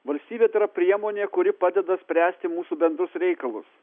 valstybė tai yra priemonė kuri padeda spręsti mūsų bendrus reikalus